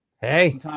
hey